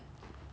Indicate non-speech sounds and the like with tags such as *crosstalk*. *breath*